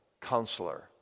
counselor